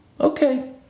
okay